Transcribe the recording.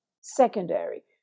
secondary